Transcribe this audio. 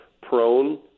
prone-